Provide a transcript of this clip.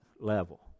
level